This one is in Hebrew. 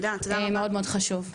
מאוד מאוד חשוב.